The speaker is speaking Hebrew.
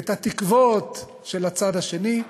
את התקוות של הצד השני,